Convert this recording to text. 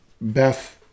Beth